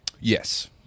Yes